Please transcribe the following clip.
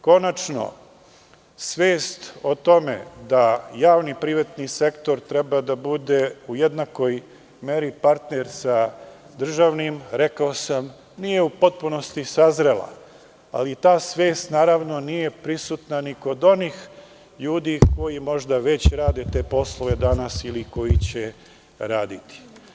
Konačno, svest o tome da javni privatni sektor treba da bude u jednakoj meri partner sa državnim, rekao sam, nije u potpunosti sazrela, ali ta svest, naravno, nije prisutna ni kod onih ljudi koji možda već rade te poslove danas ili koji će raditi.